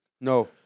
No